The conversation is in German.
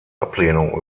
ablehnung